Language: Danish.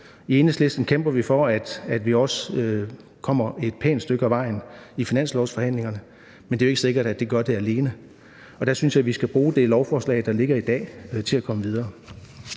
I Enhedslisten kæmper vi for, at vi også kommer et pænt stykke ad vejen i finanslovsforhandlingerne, men det er jo ikke sikkert, at det gør det alene. Der synes jeg, at vi skal bruge det lovforslag, der ligger i dag, til at komme videre.